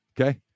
Okay